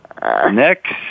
Next